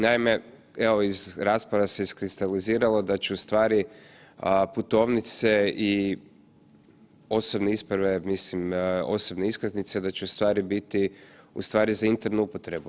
Naime, evo, iz rasprave se iskristaliziralo da će ustvari putovnice i osobne isprave, mislim, osobne iskaznice da će ustvari biti ustvari za internu upotrebu.